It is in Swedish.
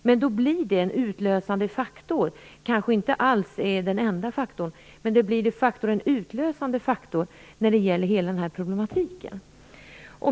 Alkoholen blir en utlösande faktor, kanske inte den enda faktorn, men den utlösande faktorn för hela denna problematik.